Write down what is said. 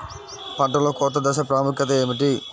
పంటలో కోత దశ ప్రాముఖ్యత ఏమిటి?